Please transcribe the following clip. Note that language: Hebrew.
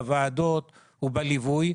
בוועדות ובליווי,